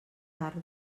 tard